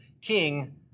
king